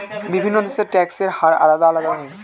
বিভিন্ন দেশের ট্যাক্সের হার আলাদা আলাদা হয়